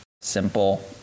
simple